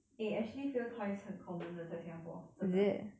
eh actually fail twice 很 common 的在 singapore 真的